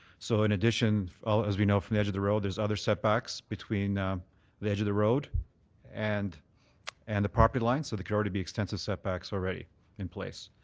so in addition ah as we know from the edge of the road there's other setbacks between the edge of the road and and the property line. so could already be extensive setbacks already in place.